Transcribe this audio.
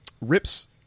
RIP's